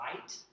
right